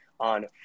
on